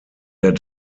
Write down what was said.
der